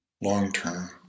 long-term